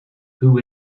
who